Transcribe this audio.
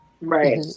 Right